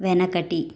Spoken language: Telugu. వెనకటి